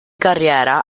carriera